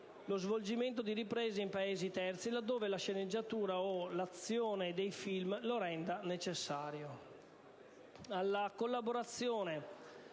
lo svolgimento di riprese in Paesi terzi laddove la sceneggiatura o l'azione dei film lo rendano necessario.